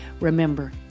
Remember